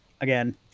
again